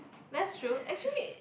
that's true actually